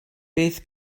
beth